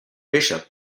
bishop